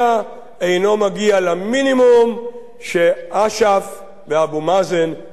מגיע למינימום שאש"ף ואבו מאזן יכולים לקבל.